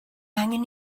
angen